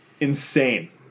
insane